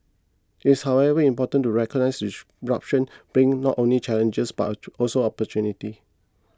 it's however important to recognise disruption brings not only challenges but also opportunities